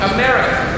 America